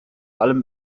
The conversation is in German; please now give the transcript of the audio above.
allem